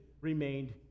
remained